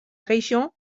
région